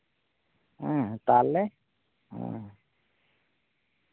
ᱦᱩᱸ ᱛᱟᱞᱚᱦᱮ